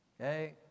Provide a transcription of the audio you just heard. okay